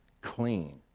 clean